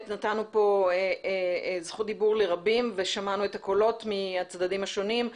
נתנו כאן זכות דיבור לרבים ושמענו את הקולות מהצדדים השונים.